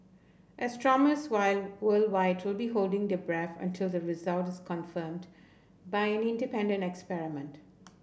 astronomers wide worldwide will to be holding their breath until the result is confirmed by an independent experiment